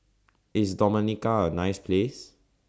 IS Dominica A nice Place